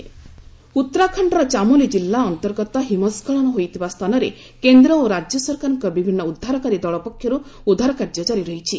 ଉତ୍ତରାଖଣ୍ଡ ଉତ୍ତରାଖଣ୍ଡର ଚାମୋଲି କିଲ୍ଲା ଅନ୍ତର୍ଗତ ହିମସ୍କଳନ ହୋଇଥିବା ସ୍ଥାନରେ କେନ୍ଦ୍ର ଓ ରାଜ୍ୟ ସରକାରଙ୍କ ବିଭିନ୍ନ ଉଦ୍ଧାରକାରୀ ଦଳ ପକ୍ଷର୍ ଉଦ୍ଧାର କାର୍ଯ୍ୟ ଜାରି ରହିଛି